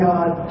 God